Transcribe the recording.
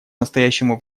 настоящему